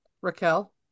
Raquel